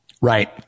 Right